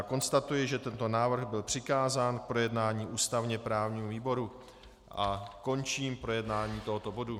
Konstatuji, že tento návrh byl přikázán k projednání ústavněprávnímu výboru, a končím projednávání tohoto bodu.